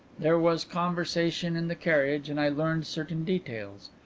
there was conversation in the carriage and i learned certain details.